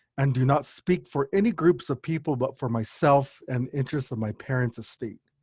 and do not speak for any groups of people but for myself and interests of my parents' estate.